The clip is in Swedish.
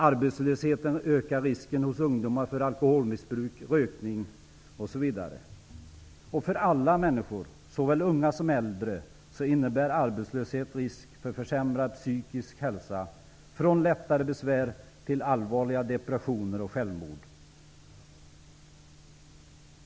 Arbetslösheten ökar risken hos ungdomar för alkoholmissbruk, rökning osv. För alla människor, såväl unga som äldre, innebär arbetslöshet risk för försämrad psykisk hälsa, från lättare besvär till allvarliga depressioner och självmord.